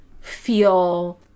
feel